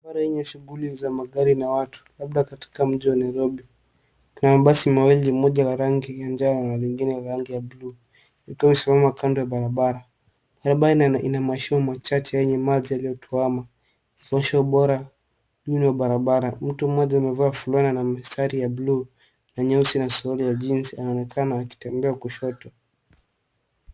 Barabara yenye shughuli za magari na watu, labda katika mji wa Nairobi. Kuna mabasi mawili, moja la rangi ya njano na lingine la rangi ya blue ikiwa imesimama kando ya barabara. Barabara ina mashimo machache yenye maji yaliyotuama, ikionyesha ubora duni wa barabara. Mtu mmoja amevaa fulana na mistari ya blue na nyeusi na suruali ya jeans , anaonekana akitembea kushoto.